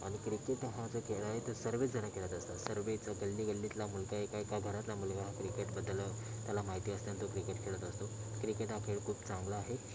आणि क्रिकेट हा जो खेळ आहे तो सर्वेच जणं खेळत असतात सर्वच गल्ली गल्लीतला मुलगा एका एका घरातला मुलगा क्रिकेटबद्दल त्याला माहिती असतं आणि तो क्रिकेट खेळत असतो क्रिकेट हा खेळ खूप चांगला आहे